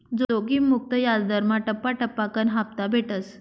जोखिम मुक्त याजदरमा टप्पा टप्पाकन हापता भेटस